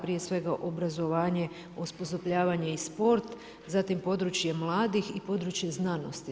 Prije svega obrazovanje, osposobljavanje i sport, zatim područje mladih i područje znanosti.